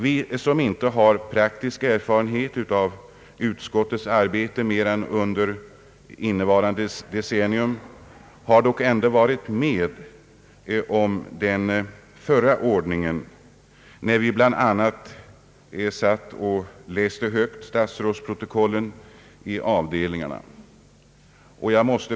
Vi som inte har praktisk erfarenhet av utskottets arbete mer än under innevarande decennium har ändå varit med om den förra ordningen när vi bl.a. satt och läste högt ur statsrådsprotokollen i avdelningarna.